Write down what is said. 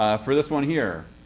um for this one here.